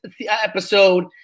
episode